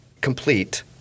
complete